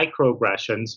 microaggressions